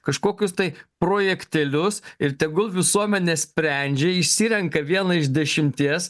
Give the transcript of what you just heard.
kažkokius tai projektėlius ir tegul visuomenė sprendžia išsirenka vieną iš dešimties